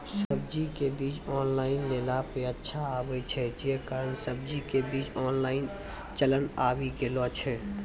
सब्जी के बीज ऑनलाइन लेला पे अच्छा आवे छै, जे कारण सब्जी के बीज ऑनलाइन चलन आवी गेलौ छै?